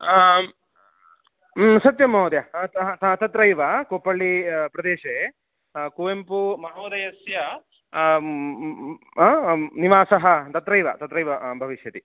आं सत्यं महोदय ता तः तत्रैव कुप्पल्लिप्रदेशे कुवेम्पुमहोदयस्य निवासः तत्रैव तत्रैव भविष्यति